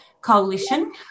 coalition